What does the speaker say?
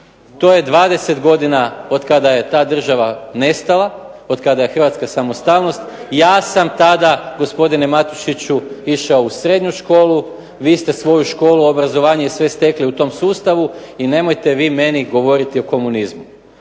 To je 20 godina od kada je ta država nestala, od kada je hrvatska samostalnost. Ja sam tada gospodine Matušiću išao u srednju školu. Vi ste svoju školu, obrazovanje i sve stekli u tom sustavu i nemojte vi meni govoriti o komunizmu.